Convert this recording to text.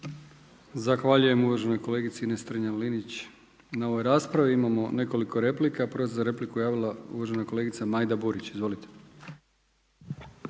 Zahvaljujem uvaženoj kolegici Ines Strenja-Linić na ovoj raspravi. Imamo nekoliko replika. Prva se za repliku javila uvažena kolegica Majda Burić. Izvolite.